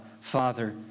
Father